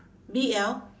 B L